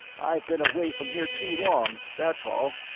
i've been away from here too long, that's all.